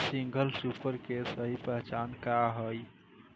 Single super के सही पहचान का हई?